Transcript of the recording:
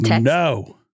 no